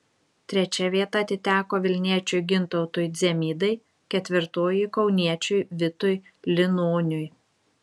trečia vieta atiteko vilniečiui gintautui dzemydai ketvirtoji kauniečiui vitui linoniui